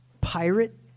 pirate